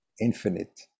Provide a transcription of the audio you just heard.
infinite